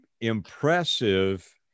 impressive